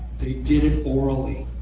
they did it orally.